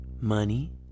Money